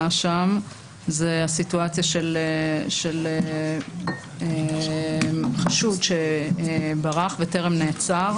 שם היא הסיטואציה של חשוד שברח וטרם נעצר.